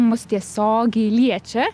mus tiesiogiai liečia